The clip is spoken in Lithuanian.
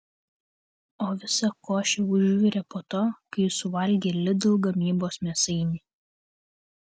o visa košė užvirė po to kai jis suvalgė lidl gamybos mėsainį